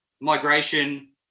migration